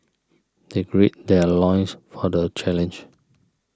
they greed their loins for the challenge